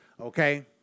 Okay